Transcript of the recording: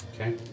Okay